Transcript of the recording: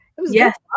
Yes